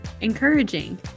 encouraging